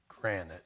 granite